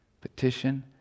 Petition